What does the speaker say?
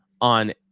on